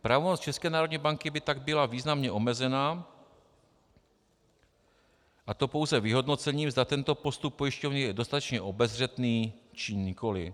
Pravomoc České národní banky by tak byla významně omezena, a to pouze vyhodnocením, zda tento postup pojišťovny je dostatečně obezřetný, či nikoli.